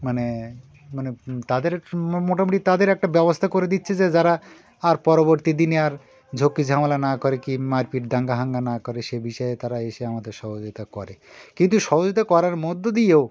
মানে মানে তাদের মোটামুটি তাদের একটা ব্যবস্থা করে দিচ্ছে যে যারা আর পরবর্তী দিনে আর ঝক্কি ঝামেলা না করে কি মারপিট দাঙ্গা হাঙ্গামা না করে সে বিষয়ে তারা এসে আমাদের সহযোগিতা করে কিন্তু সহযোগিতা করার মধ্য দিয়েও